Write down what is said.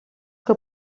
que